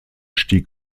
stieg